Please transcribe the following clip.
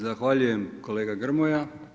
Zahvaljujem kolega Grmoja.